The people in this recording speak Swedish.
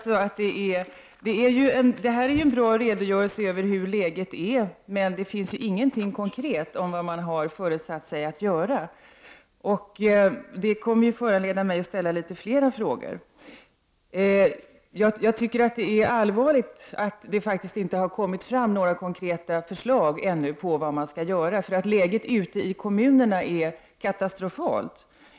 Svaret är en bra redogörelse för hur läget är, men det finns ingenting konkret om vad regeringen har föresatt sig att göra. Detta kommer att föranleda mig att ställa litet fler frågor. Det är allvarligt att det ännu inte kommit fram några konkreta förslag till vad man skall göra. Läget i kommunerna är katastrofalt.